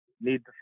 Need